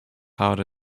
hard